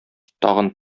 тагын